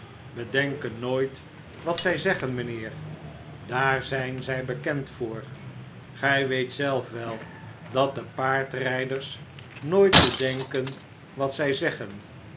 nooit wat zij zeggen mijnheer daar zijn zij bekend voor gij weet zeif wel dat de paardrijders nooit bedenken wat zij zeggen